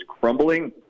crumbling